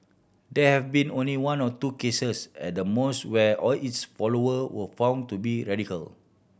there have been only one or two cases at the most where all its follower were found to be radical